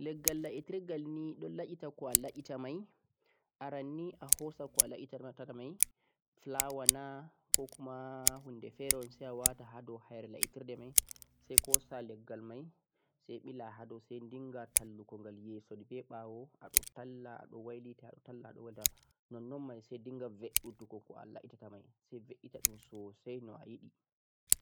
leggan la'e turghar a don nla'eta meiaran ni ko hoosa la'e ko a nla'eta metta mei ko flower naa ko kuma hunde fere haa doo nla'etirde meiko kuma leggal mei sai billa haa do kungal yeso be baawo don talla haa do adon wada non-non sai dingha nbe'etugo nbe'etata mei sai nbe'eta dhum sosai no a yidi